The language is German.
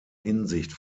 hinsicht